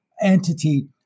entity